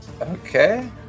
Okay